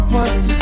one